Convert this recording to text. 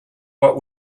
what